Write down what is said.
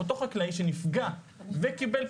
אותו חקלאי שנפגע וקיבל,